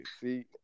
See